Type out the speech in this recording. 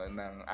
ng